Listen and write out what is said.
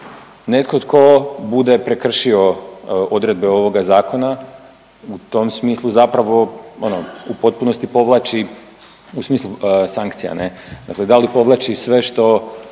netko tko bude prekršio odredbe ovoga Zakona u tom smislu zapravo ono u potpunosti povlači, u smislu sankcija, ne, dakle da li povlači sve što